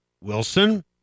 Wilson